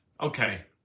Okay